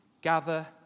gather